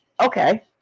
okay